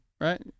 Right